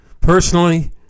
Personally